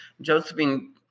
josephine